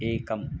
एकम्